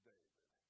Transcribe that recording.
David